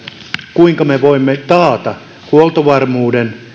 kuinka me voimme taata huoltovarmuuden